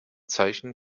zeichen